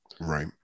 Right